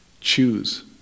Choose